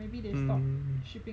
mm